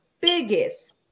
biggest